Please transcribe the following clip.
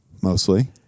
Mostly